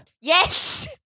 Yes